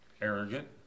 arrogant